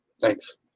Thanks